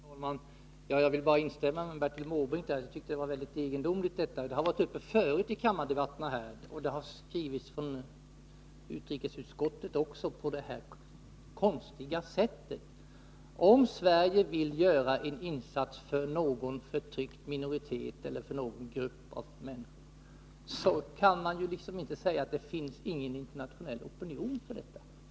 Herr talman! Jag vill bara instämma i det Bertil Måbrink sade. Jag tycker att det var ett mycket egendomligt argument som utrikesministern anförde. Frågan har varit uppe i kammardebatter tidigare, och utrikesutskottet har också skrivit på detta konstiga sätt. Om Sverige vill göra en insats för någon förtryckt minoritet eller för någon grupp av människor, kan man inte säga att det inte finns någon internationell opinion för detta.